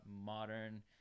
Modern